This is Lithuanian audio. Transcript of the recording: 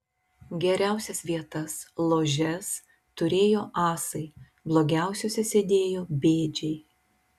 geriausias vietas ložes turėjo asai blogiausiose sėdėjo bėdžiai